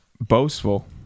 boastful